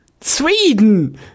Sweden